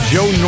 Joe